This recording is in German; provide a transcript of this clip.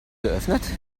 geöffnet